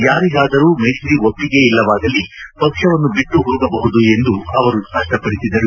ಯಾರಿಗಾದರೂ ಮೈತ್ರಿ ಒಪ್ಪಿಗೆ ಇಲ್ಲವಾದಲ್ಲಿ ಪಕ್ಷವನ್ನು ಬಿಟ್ಟು ಹೋಗಬಹುದು ಎಂದು ಅವರು ಸ್ಪಷ್ಟಪಡಿಸಿದರು